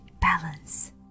balance